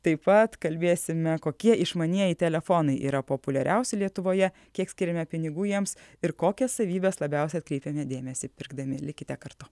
taip pat kalbėsime kokie išmanieji telefonai yra populiariausi lietuvoje kiek skiriame pinigų jiems ir kokias savybes labiausiai atkreipiame dėmesį pirkdami likite kartu